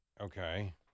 Okay